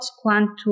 quantum